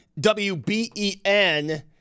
WBen